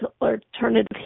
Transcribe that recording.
alternative